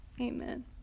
Amen